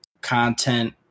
content